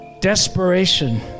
desperation